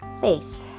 Faith